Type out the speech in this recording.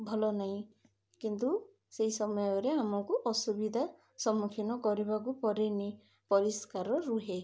ଭଲ ନାହିଁ କିନ୍ତୁ ସେହି ସମୟରେ ଆମକୁ ଅସୁବିଧା ସମ୍ମୁଖୀନ କରିବାକୁ ପଡ଼େନି ପରିଷ୍କାର ରୁହେ